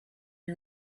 you